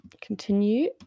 continue